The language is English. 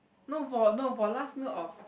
no for no for last meal of